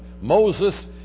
moses